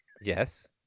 Yes